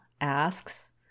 asks